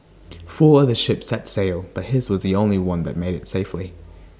four other ships set sail but his was the only one that made IT safely